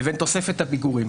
לבין תוספת הפיגורים.